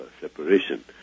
separation